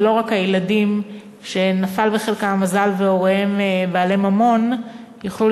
ולא רק הילדים שנפל בחלקם המזל והוריהם בעלי ממון יוכלו